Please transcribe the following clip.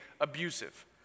abusive